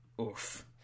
Oof